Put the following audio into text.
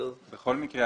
בכל מקרה,